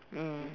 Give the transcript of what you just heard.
mm